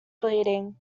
bleeding